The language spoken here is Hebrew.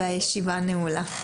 הישיבה נעולה.